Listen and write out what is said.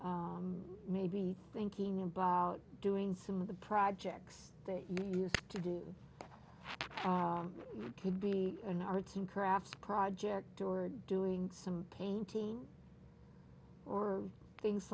maybe thinking about doing some of the projects that you used to do could be an arts and crafts project or doing some painting or things